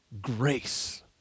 Grace